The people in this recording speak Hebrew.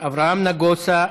אברהם נגוסה,